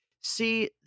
see